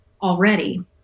already